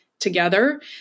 together